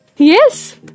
Yes